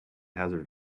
hazard